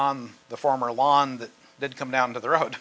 on the former lawn that did come down to the road